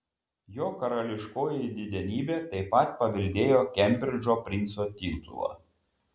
jo karališkoji didenybė taip pat paveldėjo kembridžo princo titulą